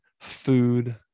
food